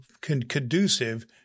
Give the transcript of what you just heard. conducive